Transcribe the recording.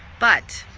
but,